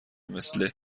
مثل